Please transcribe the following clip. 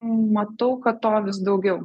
matau kad to vis daugiau